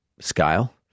scale